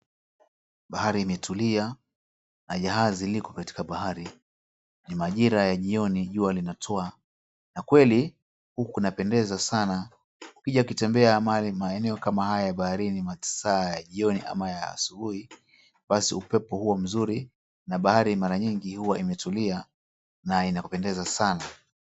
Bahari imetulia na jahazi liko katika bahari. Ni majira ya jioni jua linatua na kweli huku kunapendeza sana ukija kutembea maeneo kama haya ya baharini masaa ya jioni ama asubuhi, basi upepo huo mzuri na bahari mara nyingi huwa imetulia na ni ya kupendeza sana.